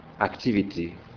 activity